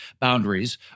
boundaries